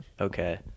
Okay